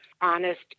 honest